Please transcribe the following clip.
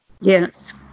Yes